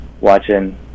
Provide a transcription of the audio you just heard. watching